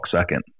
second